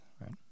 right